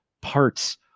parts